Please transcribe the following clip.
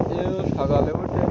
কেউ সকালে উঠে